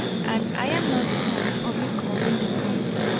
and i am not fond of recalling the words,